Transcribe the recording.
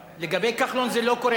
לא, אין מצב,